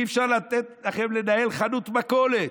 אי-אפשר לתת לכם לנהל חנות מכולת.